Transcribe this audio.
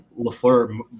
LaFleur